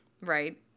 right